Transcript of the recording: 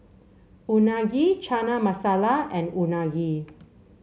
Unagi Chana Masala and Unagi